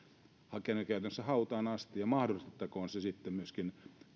käytännössä hautaan asti ja mahdollistettakoon se sitten myöskin